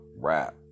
rap